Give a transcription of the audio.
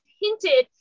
hinted